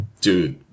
Dude